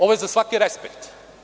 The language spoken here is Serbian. Ovo je za svaki respekt.